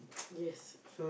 yes